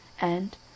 and